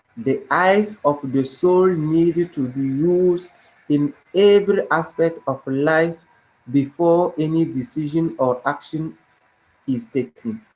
the eyes of the soul need to be used in every aspect of life before any decision or action is taken.